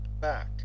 back